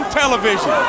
television